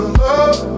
love